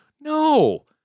No